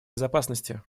безопасности